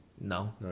No